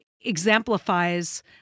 exemplifies